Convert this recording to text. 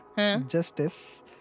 Justice